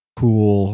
cool